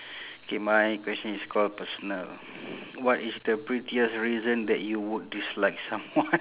K my question is call personal what is the pettiest reason that you would dislike someone